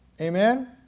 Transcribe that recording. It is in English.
Amen